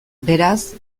beraz